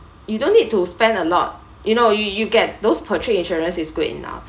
you don't need to spend a lot you know you you get those per trip insurance is good enough